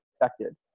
affected